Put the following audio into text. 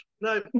No